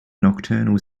nocturnal